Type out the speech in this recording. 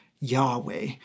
Yahweh